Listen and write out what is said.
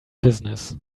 business